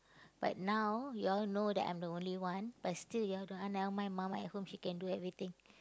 but now yo uall know that I'm the only one but still you all don't ah never mind mum at home she can do everything